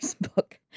book